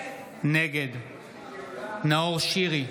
נגד נאור שירי,